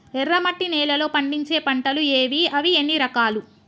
ఎర్రమట్టి నేలలో పండించే పంటలు ఏవి? అవి ఎన్ని రకాలు?